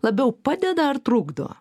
labiau padeda ar trukdo